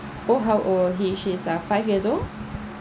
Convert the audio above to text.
oh how old he she is a five years old